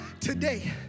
today